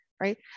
right